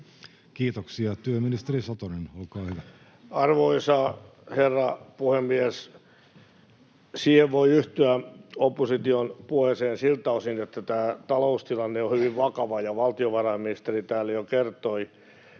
Kiitoksia. — Työministeri Satonen, olkaa hyvä. Arvoisa herra puhemies! Opposition puheeseen voi yhtyä siltä osin, että tämä taloustilanne on hyvin vakava. Ja valtiovarainministeri täällä jo kertoi,